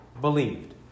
believed